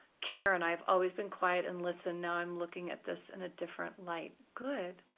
karen, i've always been quiet and listen now i'm looking at this in a different light. good.